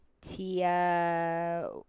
Tia